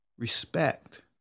Respect